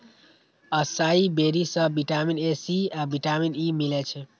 असाई बेरी सं vitamin A, C आ विटामिन ई मिलै छै